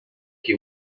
che